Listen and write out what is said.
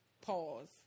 Pause